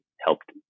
helped